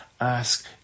Ask